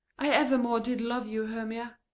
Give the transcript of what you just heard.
i evermore did love you, hermia,